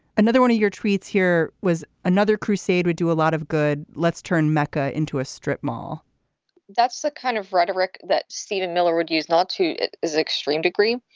another one of your tweets here was another crusade would do a lot of good. let's turn mecca into a strip mall that's the kind of rhetoric that stephen miller would use, not to as extreme degree.